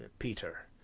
peter.